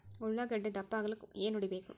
ಉಳ್ಳಾಗಡ್ಡೆ ದಪ್ಪ ಆಗಲು ಏನು ಹೊಡಿಬೇಕು?